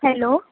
hello